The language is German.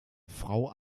frau